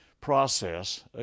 process